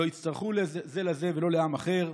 לא יצטרכו זה לזה ולא לעם אחר,